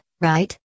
right